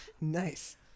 Nice